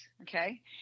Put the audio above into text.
okay